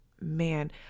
man